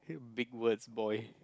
big words boy